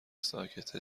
ساکته